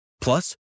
Plus